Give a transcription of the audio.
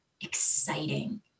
exciting